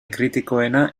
kritikoena